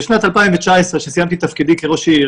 בשנת 2019 כשסיימתי את תפקידי כראש עיר